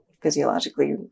physiologically